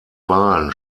wahlen